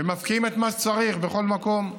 ומפקיעים את מה שצריך בכל מקום.